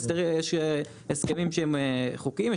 יש הסכמים שהם חוקיים,